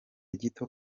gito